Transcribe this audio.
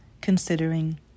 considering